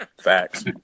Facts